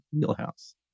wheelhouse